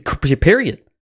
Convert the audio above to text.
Period